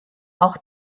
auch